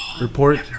Report